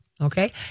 Okay